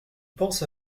pense